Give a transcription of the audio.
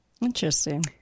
Interesting